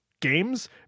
games